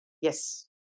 Yes